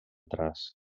traç